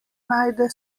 najde